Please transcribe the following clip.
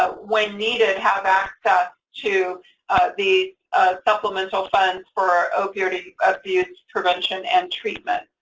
ah when needed, have access to these supplemental funds for opioid abuse prevention and treatment.